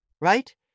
right